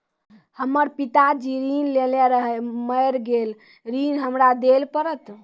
हमर पिताजी ऋण लेने रहे मेर गेल ऋण हमरा देल पड़त?